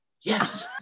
yes